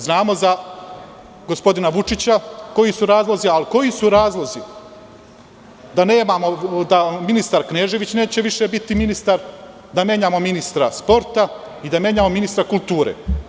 Znamo za gospodina Vučića koji su razlozi, ali koji su razlozi da ministar Knežević neće više biti ministar, da menjamo ministra sporta i da menjamo ministra kulture?